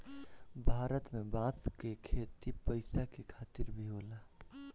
भारत में बांस क खेती पैसा के खातिर भी होला